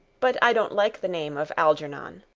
but i don't like the name of algernon.